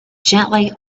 gently